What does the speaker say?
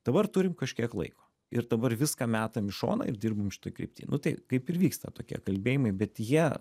dabar turim kažkiek laiko ir dabar viską metam į šoną ir dirbam šitoj krypty nu tai kaip ir vyksta tokie kalbėjimai bet jie